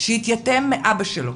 שהתייתם מאבא שלו.